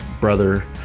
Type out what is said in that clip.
brother